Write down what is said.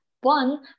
one